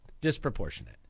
Disproportionate